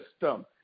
system